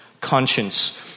conscience